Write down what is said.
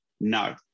No